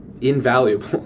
invaluable